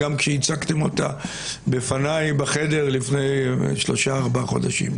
גם כשהצגתם אותה בפניי בחדר לפני שלושה-ארבעה חודשים.